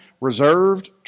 reserved